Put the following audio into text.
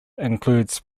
includes